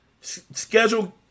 Schedule